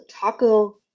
Taco